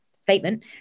statement